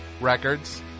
Records